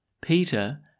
Peter